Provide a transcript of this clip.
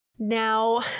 Now